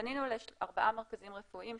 פנינו לארבעה מרכזים רפואיים,